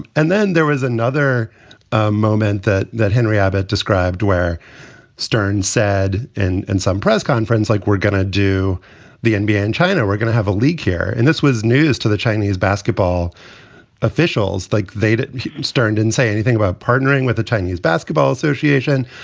and then there is another ah moment that that henry abbott described where stern said and and. some pressconference like we're going to do the nbn, china, we're going to have a leak here, and this was news to the chinese basketball officials. like theydid, stern didn't say anything about partnering with the chinese basketball association.